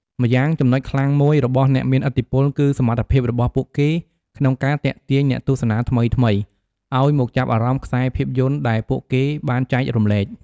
ម្យ៉ាងចំណុចខ្លាំងមួយរបស់អ្នកមានឥទ្ធិពលគឺសមត្ថភាពរបស់ពួកគេក្នុងការ ទាក់ទាញអ្នកទស្សនាថ្មីៗ ឱ្យមកចាប់អារម្មណ៍ខ្សែភាពយន្តដែលពូកគេបានចែករំលែក។